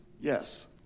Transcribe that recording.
Yes